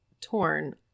torn